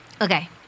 Okay